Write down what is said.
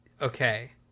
okay